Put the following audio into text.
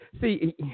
See